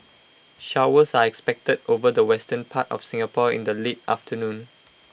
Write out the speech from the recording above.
showers are expected over the western part of Singapore in the late afternoon